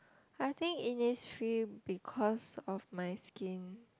I think initially because of my skin